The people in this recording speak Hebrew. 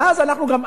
ואז אנחנו גם,